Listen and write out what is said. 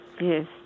yes